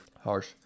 Harsh